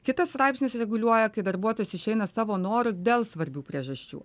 kitas straipsnis reguliuoja kai darbuotojas išeina savo noru dėl svarbių priežasčių